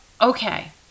okay